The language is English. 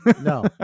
No